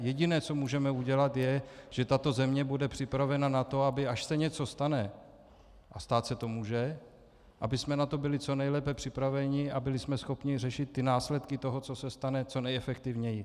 Jediné, co můžeme udělat, je, že tato země bude připravena na to, aby až se něco stane, a stát se to může, abychom na to byli co nejlépe připraveni a byli jsme schopni řešit následky toho, co se stane, co nejefektivněji.